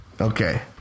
Okay